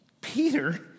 Peter